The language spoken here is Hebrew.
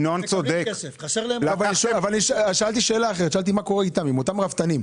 מה קורה עם אותם רפתנים?